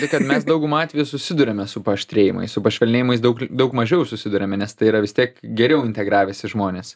tai kad mes dauguma atvejų susiduriame su paaštrėjimais su pašvelnėjimais daug daug mažiau susiduriame nes tai yra vis tiek geriau integravęsi žmonės